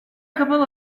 couple